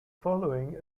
following